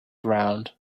round